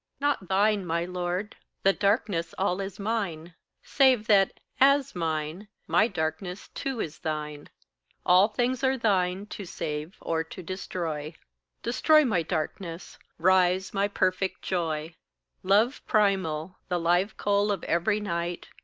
not thine, my lord, the darkness all is mine save that, as mine, my darkness too is thine all things are thine to save or to destroy destroy my darkness, rise my perfect joy love primal, the live coal of every night,